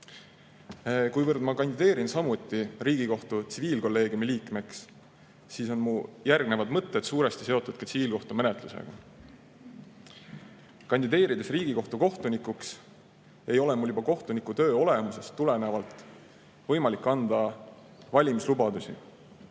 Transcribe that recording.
Kuivõrd ma kandideerin samuti Riigikohtu tsiviilkolleegiumi liikmeks, siis on mu järgnevad mõtted suuresti seotud ka tsiviilkohtumenetlusega. Kandideerides Riigikohtu kohtunikuks, ei ole mul juba kohtunikutöö olemusest tulenevalt võimalik anda valimislubadusi.